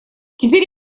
теперь